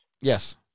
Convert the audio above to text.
Yes